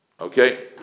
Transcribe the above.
Okay